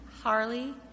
Harley